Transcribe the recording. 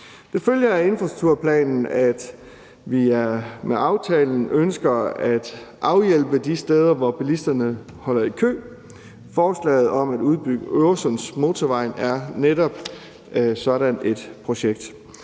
Det følger af infrastrukturplanen, at vi med aftalen ønsker at afhjælpe de steder, hvor bilisterne holder i kø. Forslaget om at udbygge Øresundsmotorvejen er netop sådan et projekt.